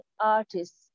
artists